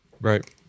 Right